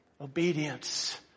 obedience